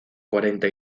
cuarenta